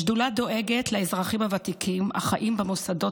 השדולה דואגת לאזרחים הוותיקים החיים במוסדות